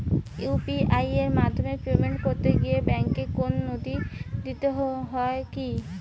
UPI এর মাধ্যমে payment করতে গেলে ব্যাংকের কোন নথি দিতে হয় কি?